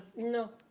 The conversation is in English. no,